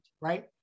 right